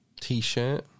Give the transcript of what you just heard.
t-shirt